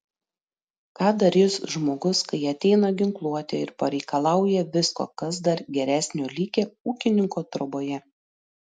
ką darys žmogus kai ateina ginkluoti ir pareikalauja visko kas dar geresnio likę ūkininko troboje